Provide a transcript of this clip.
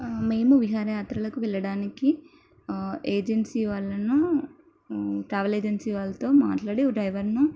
మేము విహారయాత్రలకు వెళ్ళడానికి ఏజెన్సీ వాళ్ళను ట్రావెల్ ఏజెన్సీ వాళ్ళతో మాట్లాడి ఒక డ్రైవర్ను